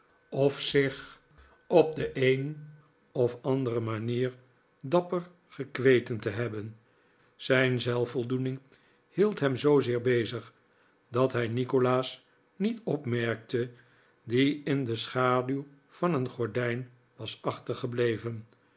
of zich op de een of andere manier dapper gekweten te hebben zijn zelfvoldoening hield hem zoozeer bezig dat hij nikolaas niet opmerkte die in de schaduw van een gordijn was achtergebleven